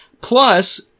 Plus